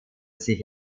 sich